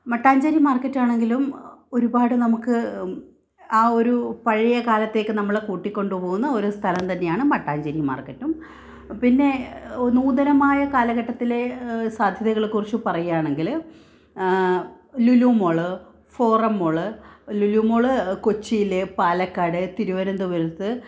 Mattancherry market ആണെങ്കിലും ഒരുപാട് നമുക്ക് ആ ഒരു പഴയ കാലത്തേക്ക് നമ്മളെ കൂട്ടികൊണ്ടുപോകുന്ന ഒരു സ്ഥലം തന്നെയാണ് മട്ടാഞ്ചേരി മാർക്കറ്റും പിന്നെ നൂതനമായ കാലഘട്ടത്തിലെ സാധ്യതകളെ കുറിച്ച് പറയുകയാണെങ്കിൽ Lulu mall Forum mall Lulu mall കൊച്ചിയിൽ പാലക്കാട് തിരുവനന്തപുരത്ത്